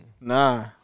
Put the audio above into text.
Nah